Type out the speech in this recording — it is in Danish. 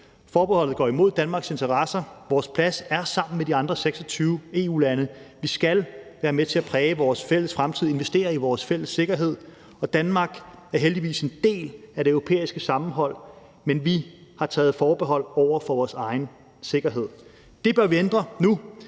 Forbeholdet går imod Danmarks interesser. Vores plads er sammen med de andre 26 EU-lande. Vi skal være med til at præge vores fælles fremtid, investere i vores fælles sikkerhed. Og Danmark er heldigvis en del af det europæiske sammenhold, men vi har taget forbehold over for vores egen sikkerhed. Det bør vi ændre nu.